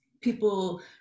people